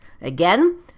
Again